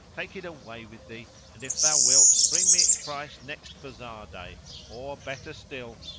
take it away with thee and, if thou wilt, bring me its price next bazaar day or better still,